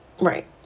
Right